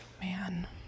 Man